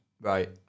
Right